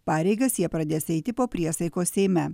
pareigas jie pradės eiti po priesaikos seime